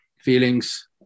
feelings